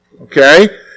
okay